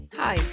Hi